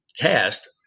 cast